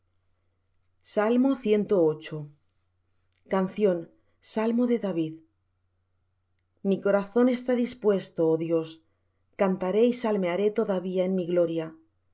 misericordias de jehová canción salmo de david mi corazón está dispuesto oh dios cantaré y salmearé todavía en mi gloria